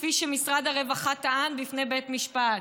כפי שמשרד הרווחה טען בפני בית משפט,